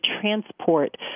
transport